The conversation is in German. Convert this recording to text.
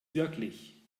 wirklich